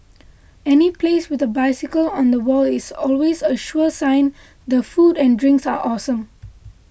any place with a bicycle on the wall is always a sure sign the food and drinks are awesome